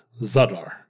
Zadar